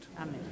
Amen